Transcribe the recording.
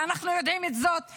ואנחנו יודעים את זאת בוודאות,